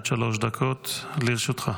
עד שלוש דקות לרשותך.